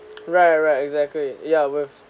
right right exactly yeah with